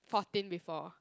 fourteen before